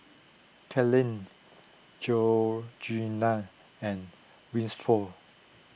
Kathaleen Georgeanna and Winford